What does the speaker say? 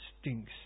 Stinks